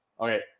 Okay